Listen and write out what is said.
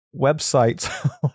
websites